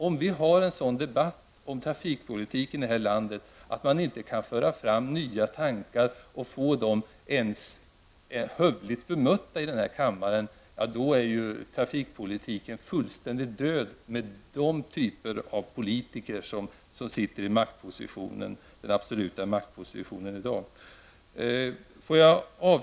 Om vi här i kammaren debatterar trafikpolitiken i det här landet och det då inte går att föra fram nya tankar och få åtminstone ett hyggligt bemötande, är trafikpolitiken fullständigt död -- med tanke på de politiker som har den absoluta makten i dag.